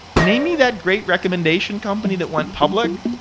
name me that great recommendation company that went public.